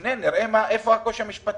שנפנה כדי לראות איפה הקושי המשפטי.